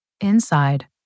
Inside